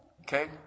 Okay